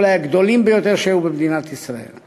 אולי מהגדולים ביותר שהיו במדינת ישראל,